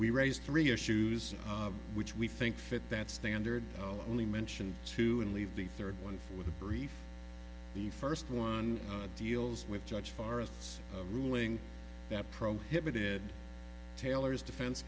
we raised three issues which we think fit that standard only mentioned two and leave the third one for the brief the first one deals with judge forests a ruling that prohibited taylor's defense